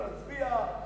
יוכלו להצביע,